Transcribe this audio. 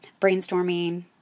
brainstorming